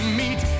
meet